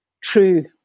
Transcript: true